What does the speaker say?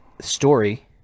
story